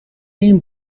این